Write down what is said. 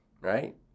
right